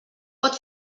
pot